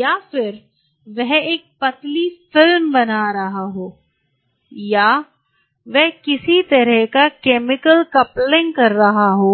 या फिर वह एक पतली फिल्म बना रहा हो या वह किसी तरह का केमिकल कपलिंग कर रहा हो